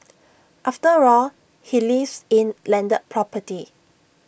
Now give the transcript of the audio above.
after all he lives in landed property